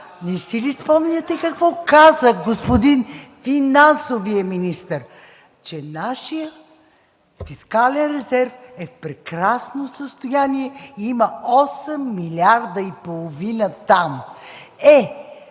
Не си ли спомняте какво каза господин финансовият министър, че нашият фискален резерв е в прекрасно състояние и има 8,5 милиарда там. Е,